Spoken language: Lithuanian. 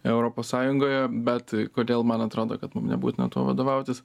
europos sąjungoje bet kodėl man atrodo kad mum nebūtina tuo vadovautis